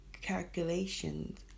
calculations